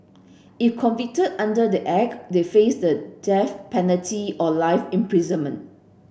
if convicted under the Act they faced the death penalty or life imprisonment